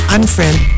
Unfriend